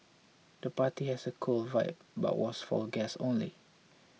the party has a cool vibe but was for guests only